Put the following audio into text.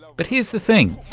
but here's the thing,